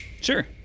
Sure